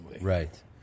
Right